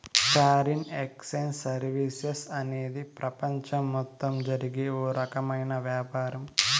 foreign exchange services అనేది ప్రపంచం మొత్తం జరిగే ఓ రకమైన వ్యాపారం